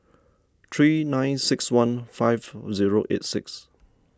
three nine six one five zero eight six